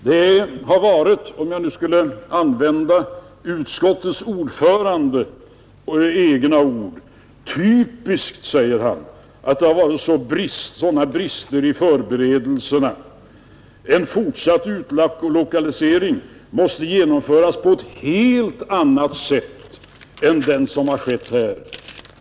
Det har — för att använda utskottsordförandens egna ord — varit typiskt att det förekommit sådana brister i förberedelserna; en fortsatt utlokalisering måste genomföras på ett helt annat sätt än vad som har skett här.